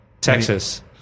Texas